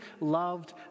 loved